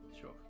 Sure